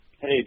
Hey